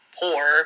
poor